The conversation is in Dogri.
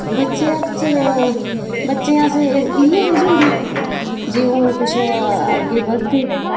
बच्चे आखचै ते बच्चें अस इ'यै एज़ होंदी जे ओह् किश अग्गें बदधे